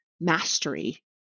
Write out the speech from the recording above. mastery